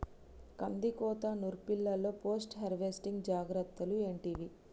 కందికోత నుర్పిల్లలో post harvesting జాగ్రత్తలు ఏంటివి?